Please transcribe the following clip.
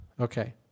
Okay